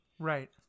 Right